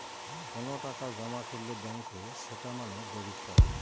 কোনো টাকা জমা করলে ব্যাঙ্কে সেটা মানে ডেবিট করা